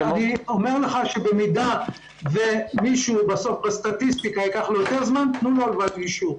אם למישהו ייקח יותר זמן ייתנו לו הלוואת גישור.